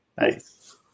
Nice